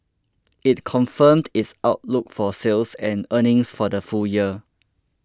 it confirmed its outlook for sales and earnings for the full year